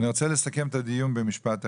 אני רוצה לסכם את הדיון במשפט אחד.